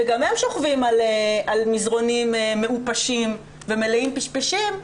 שגם הם שוכבים על מזרנים מעופשים ומלאים פשפשים,